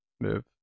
move